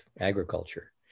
agriculture